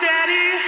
Daddy